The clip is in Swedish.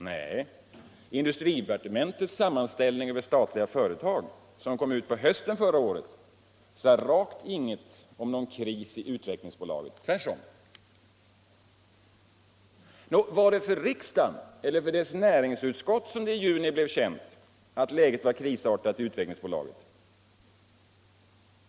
Nej, industridepartementets sammanställning över statliga företag, som kom ut på hösten förra året. sade rakt inget om någon kris i Utvecklingsaktiebolaget, tvärtom. Var det för riksdagen eller för dess näringsutskott som det i juni blev känt att läget var krisartat i Utvecklingsaktiebolaget?